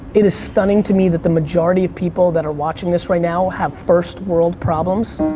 it is stunning to me that the majority of people that are watching this right now, have first world problems.